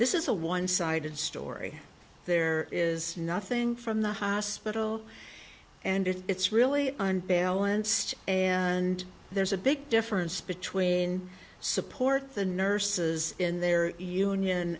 this is a one sided story there is nothing from the hospital and it's really unbalanced and there's a big difference between supports and nurses in their union